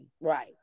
right